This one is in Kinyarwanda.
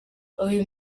uyu